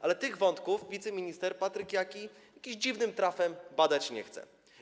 Ale tych wątków wiceminister Patryk Jaki jakimś dziwnym trafem badać nie chce.